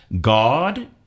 God